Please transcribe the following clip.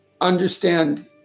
understand